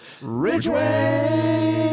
Ridgeway